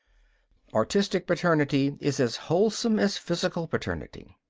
artistic paternity is as wholesome as physical paternity.